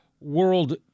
world